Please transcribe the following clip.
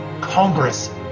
Congress